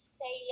say